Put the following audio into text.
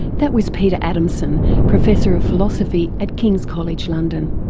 that was peter adamson, professor of philosophy at kings college, london.